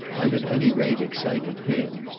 i've at any rate excited him.